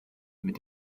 mit